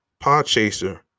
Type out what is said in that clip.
Podchaser